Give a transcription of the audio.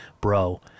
bro